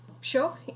Sure